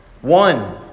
one